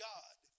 God